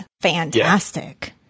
fantastic